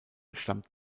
stammt